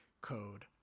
code